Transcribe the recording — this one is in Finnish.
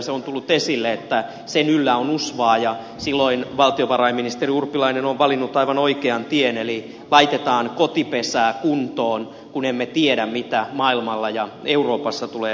se on tullut esille että sen yllä on usvaa ja silloin valtiovarainministeri urpilainen on valinnut aivan oikean tien eli laitetaan kotipesää kuntoon kun emme tiedä mitä maailmalla ja euroopassa tulee tapahtumaan